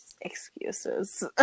excuses